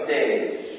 days